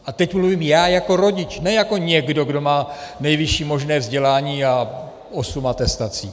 A teď mluvím já jako rodič, ne jako někdo, kdo má nejvyšší možné vzdělání a osm atestací.